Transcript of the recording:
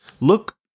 look